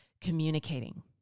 communicating